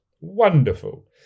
Wonderful